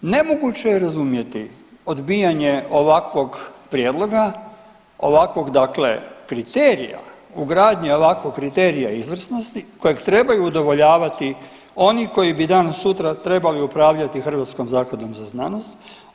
Nemoguće je razumjeti odbijanje ovakvog prijedloga, ovakvog dakle kriterija, ugradnji ovakvog kriterija izvrsnosti kojeg trebaju udovoljavati oni koji bi danas sutra trebali upravljati Hrvatskom zakladom za znanost.